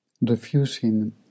refusing